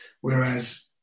Whereas